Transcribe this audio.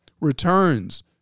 Returns